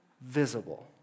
visible